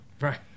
Right